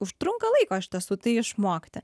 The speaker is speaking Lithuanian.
užtrunka laiko iš tiesų tai išmokti